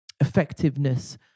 effectiveness